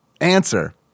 Answer